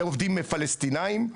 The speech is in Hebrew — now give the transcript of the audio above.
פלסטינים.